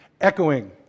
echoing